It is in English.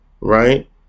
right